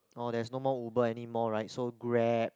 orh there's no more Uber anymore right so Grab